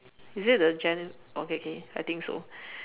is it the jen~ okay okay I think so